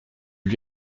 lui